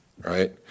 Right